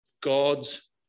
God's